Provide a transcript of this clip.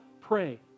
pray